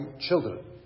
children